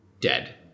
dead